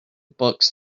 books